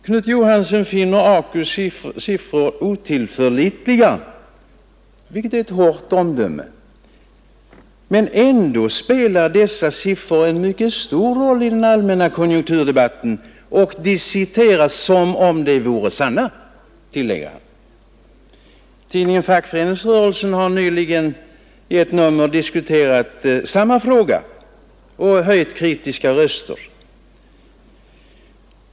Knut Johansson finner AKU:s siffror otillförlitliga — vilket är ett hårt omdöme — men ändå spelar de stor roll i den allmänna konjunkturdebatten, och de citeras som om de vore sanna, tillägger han. Tidningen Fackföreningsrörelsen har nyligen i ett nummer diskuterat samma fråga med kritiska röster.